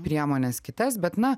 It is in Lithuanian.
priemones kitas bet na